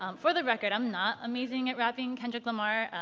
um for the record, i'm not amazing at rapping kendrick lamar,